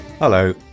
Hello